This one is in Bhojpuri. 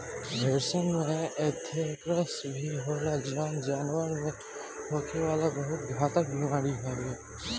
भेड़सन में एंथ्रेक्स भी होला जवन जानवर में होखे वाला बहुत घातक बेमारी हवे